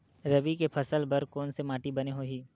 रबी के फसल बर कोन से माटी बने होही?